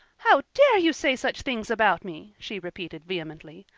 how dare you say such things about me? she repeated vehemently.